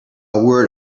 word